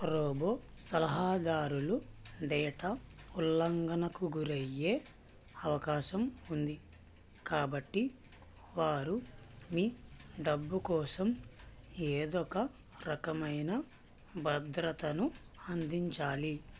robo సలహాదారులు data ఉల్లంఘనకు గురి అయ్యే అవకాశం ఉంది కాబట్టి వారు మీ డబ్బు కోసం ఏదో ఒక రకమైన భద్రతను అందించాలి